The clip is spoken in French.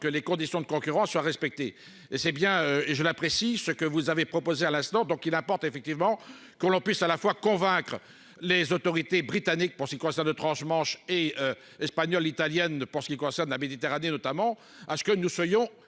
que les conditions de concurrence soient respectées, et c'est bien et je l'apprécie ce que vous avez proposé à l'instant donc il apporte effectivement qu'on puisse à la fois convaincre les autorités britanniques pour ce qui concerne transmanche et espagnoles, italiennes, pour ce qui concerne la Méditerranée notamment à ce que nous soyons